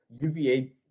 UVA